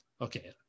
Okay